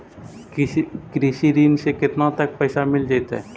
कृषि ऋण से केतना तक पैसा मिल जइतै?